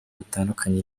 bitandukanye